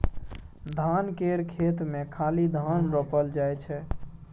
धान केर खेत मे खाली धान रोपल जाइ छै